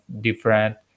different